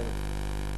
ירדנה,